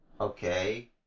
Okay